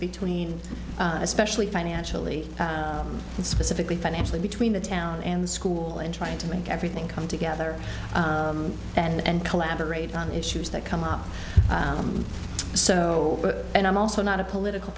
between especially financially and specifically financially between the town and the school and trying to make everything come together and collaborate on issues that come up so but and i'm also not a political